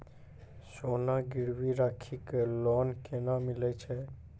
सोना गिरवी राखी कऽ लोन केना मिलै छै?